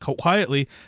quietly